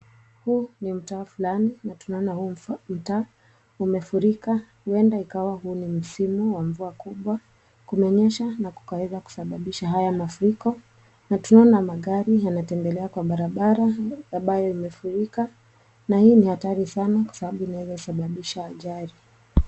Huu ni mtaa fulani na tunaona huu mtaa iumefurika huenda ikawa huu ni msimu wa mvua kubwa. Kumenyesha na kukaweza kusababisha haya mafuriko na tunaona magari yanatembelea kwa barabara ambayo imefurika na hii ni hatari sana kwa sababu inawezasababisha ajali.